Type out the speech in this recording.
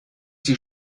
die